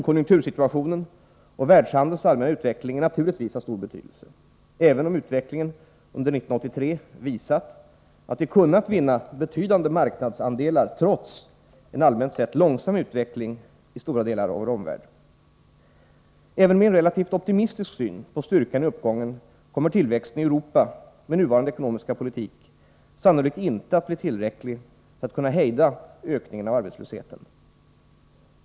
Konjunktursituationen och världshandelns allmänna utveckling är naturligtvis av stor betydelse, även om utvecklingen under 1983 visat att vi kunnat vinna betydande marknadsandelar trots en allmänt sett långsam utveckling i stora delar av vår omvärld. Även med en relativt optimistisk syn på styrkan i uppgången kommer tillväxten i Europa med nuvarande ekonomiska politik sannolikt inte att bli tillräcklig för att kunna hejda ökningen av arbetslösheten.